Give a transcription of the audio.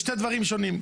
זה שני דברים שונים.